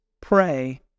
pray